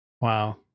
Wow